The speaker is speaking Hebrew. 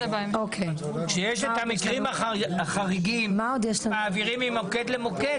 כשיש את המקרים החריגים ומעבירים ממוקד למוקד,